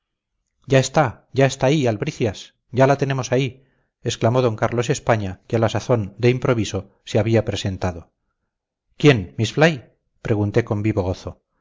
ya está ya está ahí albricias ya la tenemos ahí exclamó d carlos españa que a la sazón de improviso se había presentado quién miss fly pregunté con vivo gozo